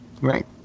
Right